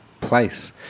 place